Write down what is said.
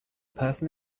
person